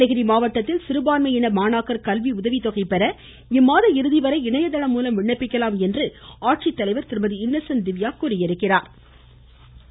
நீலகிரி மாவட்டத்தில் சிறுபான்மையின மாணாக்கர் கல்வி உதவி தொகை பெற இம்மாத இறுதிவரை இணையதளம் மூலம் விண்ணப்பிக்கலாம் என மாவட்ட ஆட்சித்தலைவா் திருமதி இன்னசென்ட் திவ்யா தெரிவித்துள்ளாா்